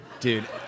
Dude